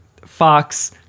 Fox